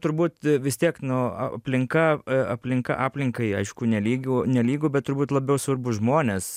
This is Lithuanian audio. turbūt vis tiek nu aplinka aplinka aplinkai aišku nelygiu nelygu bet turbūt labiau svarbūs žmonės